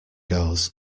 goes